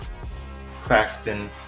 Claxton